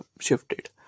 shifted